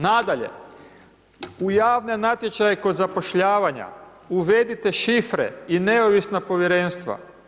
Nadalje, u javne natječaje kod zapošljavanja uvedite šifre i neovisna povjerenstva.